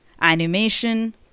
Animation